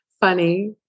funny